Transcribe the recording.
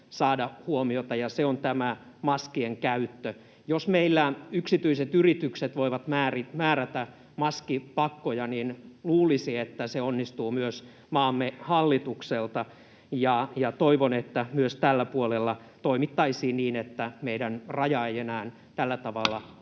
saada huomiota, ja se on tämä maskien käyttö. Jos meillä yksityiset yritykset voivat määrätä maskipakkoja, niin luulisi, että se onnistuu myös maamme hallitukselta. Toivon, että myös tällä puolella toimittaisiin niin, että meidän rajamme ei enää tällä tavalla